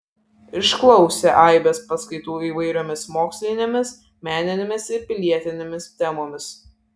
išklausė aibės paskaitų įvairiomis mokslinėmis meninėmis ir pilietinėmis temomis